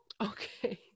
Okay